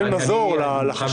מזור לחשש.